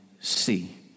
see